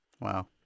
Wow